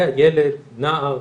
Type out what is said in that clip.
היה ילד, נער,